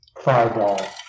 Fireball